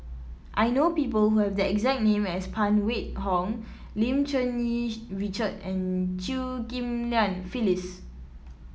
I know people who have the exact name as Phan Wait Hong Lim Cherng Yih Richard and Chew Ghim Lian Phyllis